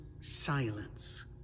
silence